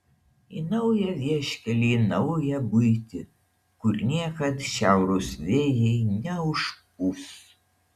į naują vieškelį į naują buitį kur niekad šiaurūs vėjai neužpūs